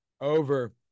Over